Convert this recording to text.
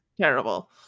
terrible